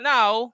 Now